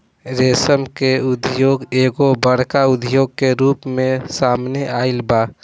रेशम के उद्योग एगो बड़का उद्योग के रूप में सामने आइल बा